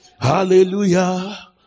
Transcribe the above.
Hallelujah